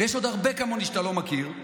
ויש עוד הרבה כמוני שאתה לא מכיר.